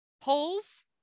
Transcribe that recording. polls